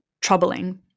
troubling